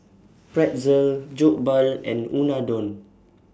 Pretzel Jokbal and Unadon